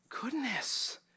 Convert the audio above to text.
Goodness